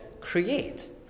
create